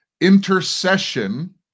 Intercession